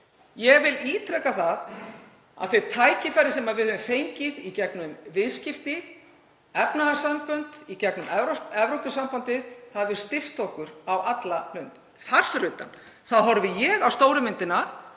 ég vil ítreka að þau tækifæri sem við höfum fengið í gegnum viðskipti, efnahagssambönd, í gegnum Evrópusambandið, hafa styrkt okkur á alla lund. Þar fyrir utan horfi ég á stóru myndina,